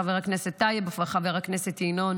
חבר הכנסת יוסי טייב וחבר הכנסת ינון